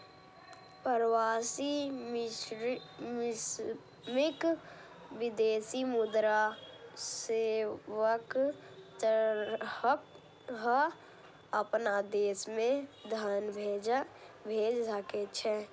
प्रवासी श्रमिक विदेशी मुद्रा सेवाक तहत अपना देश मे धन भेज सकै छै